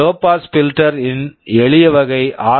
low pass filter low pass filter ன் எளிய வகை ஆர்